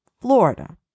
Florida